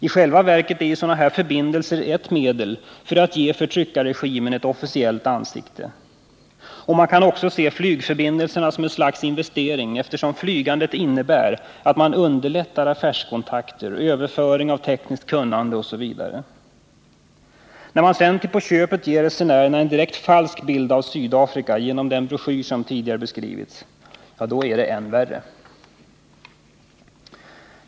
I själva verket är ju sådana här förbindelser ett medel att ge förtryckarregimen ett officiellt ansikte. Man kan också se flygförbindelserna som ett slags investering, eftersom flygandet innebär att man underlättar affärskontakter och överföring av tekniskt kunnande inom olika områden. När man sedan till på köpet ger resenärerna en direkt falsk bild av Sydafrika genom de broschyrer som tidigare beskrivits så är det än värre.